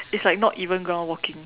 it's like not even ground walking